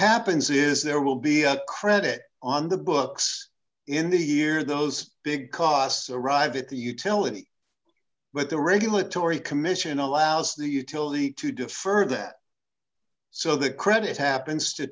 happens is there will be a credit on the books in the year those big costs arrive at the utility but the regulatory commission allows the utility to defer that so that credit happens to